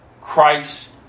Christ